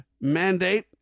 mandate